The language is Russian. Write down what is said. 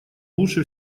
лучше